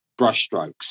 brushstrokes